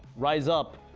rise up,